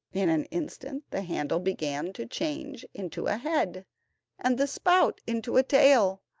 in an instant the handle began to change into a head and the spout into a tail,